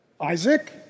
Isaac